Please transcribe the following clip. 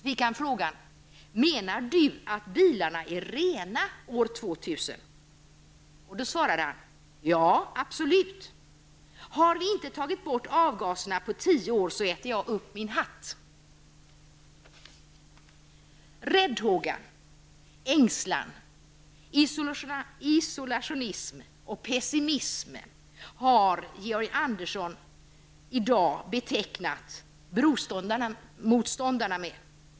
Han fick frågan: ''Menar du att bilarna är rena år 2000?'' Han svarade: ''Ja, absolut. Har vi inte tagit bort avgaserna på tio år, så äter jag upp min hatt.'' Räddhåga, ängslan, isolationism och pessimism betecknar bromotståndarna, enligt Georg Andersson.